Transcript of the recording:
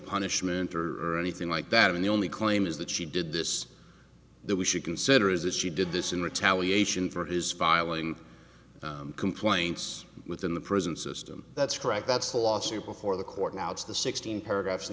punishment or anything like that and the only claim is that she did this that we should consider is that she did this in retaliation for his filing complaints within the prison system that's correct that's a lawsuit before the court now it's the sixteen paragraphs in